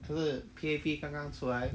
就是 P_A_P 刚刚出来